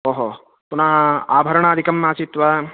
ओहो पुनः आभरणादिकम् आसीत् वा